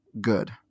good